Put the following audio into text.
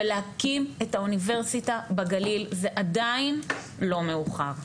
ולהקים את האוניברסיטה בגליל, זה עדיין לא מאוחר.